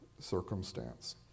circumstance